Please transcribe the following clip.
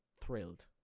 thrilled